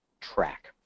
track